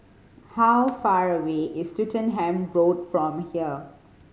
how far away is Swettenham Road from here